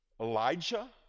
Elijah